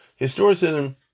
Historicism